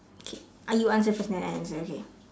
okay ah you answer first then I answer okay